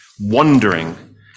wondering